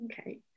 Okay